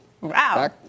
Wow